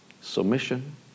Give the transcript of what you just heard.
submission